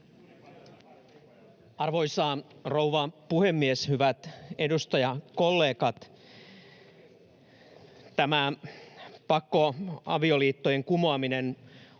Arvoisa rouva puhemies! Hyvät edustajakollegat! Tämä pakkoavioliittojen kumoaminen on